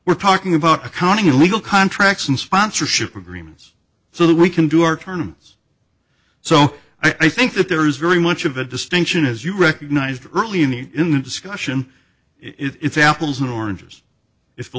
we're talking about accounting and legal contracts and sponsorship agreements so that we can do our tournaments so i think that there is very much of a distinction as you recognized early in the in the discussion if apples and oranges if the